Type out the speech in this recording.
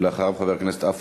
חבר הכנסת חנא סוייד,